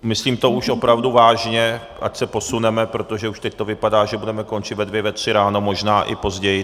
Myslím to už opravdu vážně, ať se posuneme, protože už teď to vypadá, že budeme končit ve dvě, ve tři ráno, možná i později.